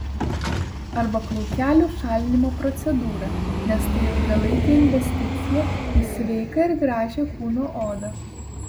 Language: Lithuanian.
arba plaukelių šalinimo procedūrą nes tai ilgalaikė investiciją į sveiką ir gražią kūno odą